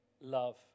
love